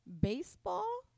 baseball